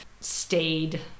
stayed